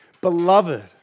Beloved